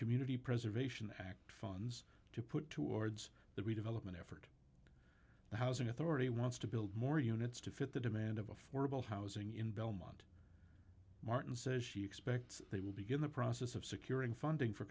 community preservation act funds to put towards the redevelopment effort the housing authority wants to build more units to fit the demand of affordable housing in belmont martin says she expects they will begin the process of securing funding for